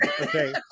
okay